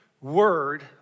word